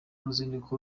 uruzinduko